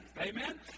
amen